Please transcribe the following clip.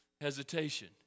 hesitation